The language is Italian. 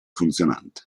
funzionante